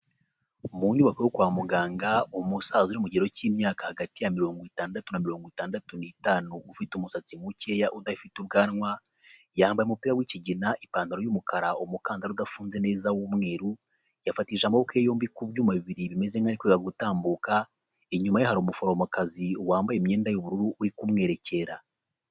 Mu nyubako yo kwa muganga umusaza mukigero cy'imyaka hagati ya mirongo itandatu na mirongo itandatu n'itanu ufite umusatsi mukeya udafite ubwanwa yambaye umupira w'ikigina ipantaro y'umukara umukandara udafunze neza w'umweru yafatishije amaboko yombi ku byuma bibiri bimeze nkaho arikwiga gutambuka inyuma ye hari umuforomokazi wambaye imyenda y'ubururu uri kumwerekera